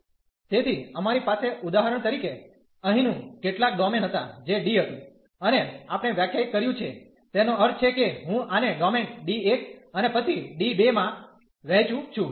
તેથી અમારી પાસે ઉદાહરણ તરીકે અહીંનું કેટલાક ડોમેન હતા જે D હતું અને આપણે વ્યાખ્યાયિત કર્યું છે તેનો અર્થ છે કે હું આને ડોમેઇન D1 અને પછી D2 માં વહેંચું છું